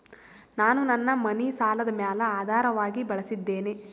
ನಾನು ನನ್ನ ಮನಿ ಸಾಲದ ಮ್ಯಾಲ ಆಧಾರವಾಗಿ ಬಳಸಿದ್ದೇನೆ